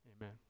amen